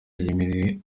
yemerewe